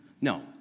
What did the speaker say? No